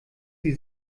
sie